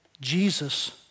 Jesus